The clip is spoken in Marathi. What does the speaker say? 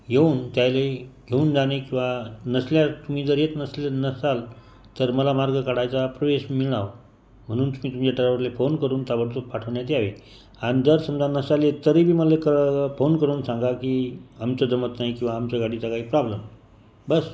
येऊन त्याहिले घेऊन जाणे किंवा नसल्यास तुम्ही जर येत नसले नसाल तर मला मार्ग काढायचा प्रवेश मिळावा म्हणून तुम्ही तुमच्या ड्रायव्हवरला फोन करून ताबडतोब पाठवण्यात यावे आणि जर समजा नसाल येत तरी बी मला कळवा फोन करून सांगा की आमचं जमत नाही किंवा आमच्या गाडीचा काही प्रॉब्लेम आहे बस